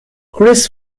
chris